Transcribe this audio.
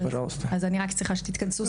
אז אני רק צריכה שתתכנסו.